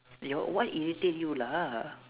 your what irritate you lah